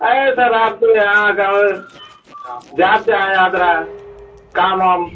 अरे सर आपके यहाँ कहूँ जाब चाहे अहत रहा काम वाम